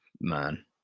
man